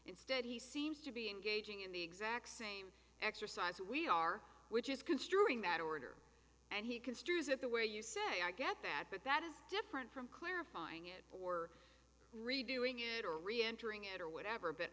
instead he seems to be engaging in the exact same exercise we are which is considering that order and he construes it the way you say i get that but that is different from clarifying it for redoing it or reentering it or whatever but